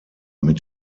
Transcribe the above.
mit